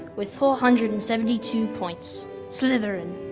with four hundred and seventy two points, slytherin.